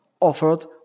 offered